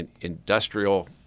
industrial